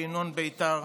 בהמנון בית"ר: